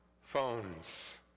phones